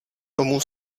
tomu